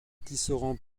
tisserands